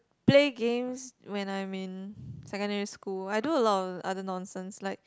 play games when I'm in secondary school I do a lot of other nonsense like